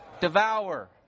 devour